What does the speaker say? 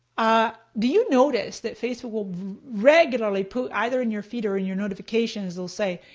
ah do you notice that facebook will regularly put either in your feed or in your notifications they'll say,